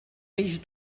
peix